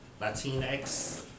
Latinx